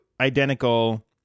identical